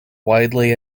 widely